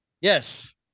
Yes